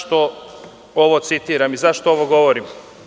Zašto ovo citiram i zašto ovo govorim?